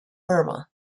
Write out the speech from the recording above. burma